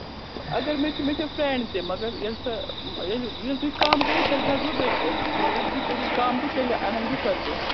اگر مےٚ چھُ مےٚ چھےٚ فرٛینٛڈ تہِ مگر ییٚلہِ سۄ ییٚلہِ ییٚلہِ تُہۍ کَم کٔرِو تیٚلہِ کھَسہٕ بہٕ بیٚیِس مگر تُہۍ کٔرِو کَم تہِ تیٚلہِ اَنَن بہٕ سۄ تہِ